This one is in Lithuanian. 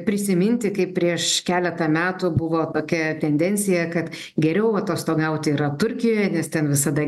prisiminti kaip prieš keletą metų buvo tokia tendencija kad geriau atostogauti yra turkijoj nes ten visada